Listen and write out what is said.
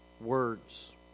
words